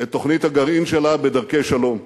את תוכנית הגרעין שלה בדרכי שלום.